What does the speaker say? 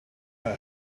had